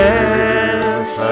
Yes